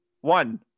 One